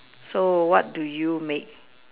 so what do you make